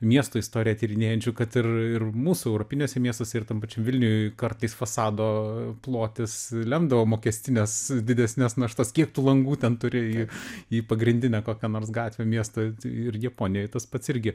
miestų istoriją tyrinėjančių kad ir ir mūsų europiniuose miestuose ir tam pačiam vilniuj kartais fasado plotis lemdavo mokestines didesnes naštas kiek tų langų ten turi į į pagrindinę kokią nors gatvę miesto ir japonijoj tas pats irgi